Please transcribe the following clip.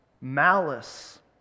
malice